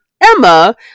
Emma